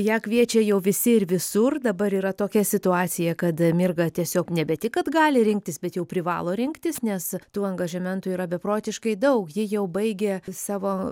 ją kviečia jau visi ir visur dabar yra tokia situacija kad mirga tiesiog nebe tik kad gali rinktis bet jau privalo rinktis nes tų angažementų yra beprotiškai daug ji jau baigia savo